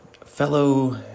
Fellow